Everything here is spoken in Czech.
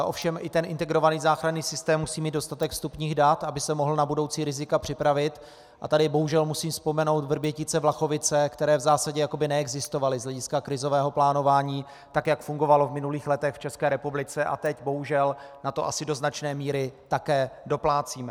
Ovšem i ten integrovaný záchranný systém musí mít dostatek vstupních dat, aby se mohl na budoucí rizika připravit, a tady bohužel musím vzpomenout Vrbětice, Vlachovice, které v zásadě jako by neexistovaly z hlediska krizového plánování, tak jak fungovalo v minulých letech v ČR, a teď bohužel na to asi do značné míry také doplácíme.